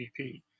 GDP